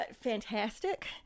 fantastic